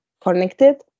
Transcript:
connected